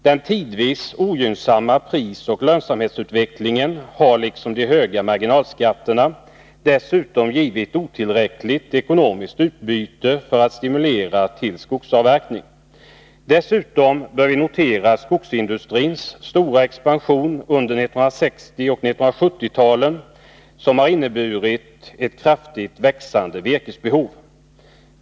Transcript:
Den tidvis ogynnsamma prisoch lönsamhetsutvecklingen liksom de höga marginalskatterna har dessutom givit ett otillräckligt ekonomiskt utbyte för att stimulera till skogsavverkning. Dessutom bör vi notera skogsindustrins stora expansion under 1960 och 1970-talen, vilken har inneburit ett kraftigt växande virkesbehov.